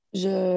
je